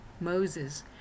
Moses